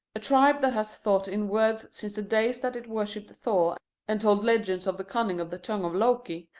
a tribe that has thought in words since the days that it worshipped thor and told legends of the cunning of the tongue of loki,